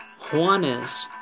Juanes